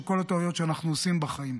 של כל הטעויות שאנחנו עושים בחיים.